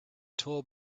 told